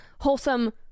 wholesome